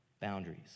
boundaries